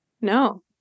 No